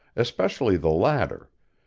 especially the latter,